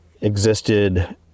existed